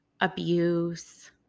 abuse